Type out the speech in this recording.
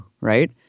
right